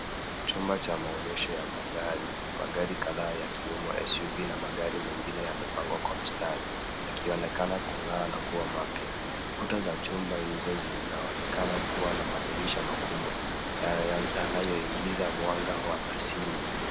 Chumba cha maonyehso ya magari. Magari kadhaa, yakiwemo SUV, na magari mengine yamepangwa kwa mstari, yakionekana kung'aa na kuwa mapya. Kuta za chumba hicho kinaonekana kuwa na madirisha makubwa, na yanayoingiza mwanga wa asili.